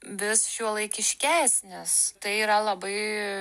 vis šiuolaikiškesnis tai yra labai